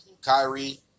Kyrie